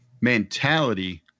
mentality